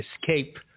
escape